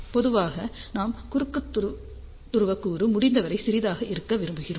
பொதுவாக நாம் குறுக்கு துருவ கூறு முடிந்தவரை சிறியதாக இருக்க விரும்புவோம்